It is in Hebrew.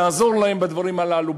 לעזור להם בדברים הללו,